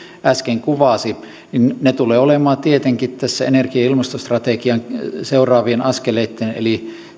äsken kuvasi tulevat olemaan tietenkin tässä energia ja ilmastostrategian seuraavia askeleita eli